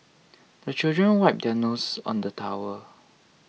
the children wipe their noses on the towel